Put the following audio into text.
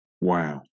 Wow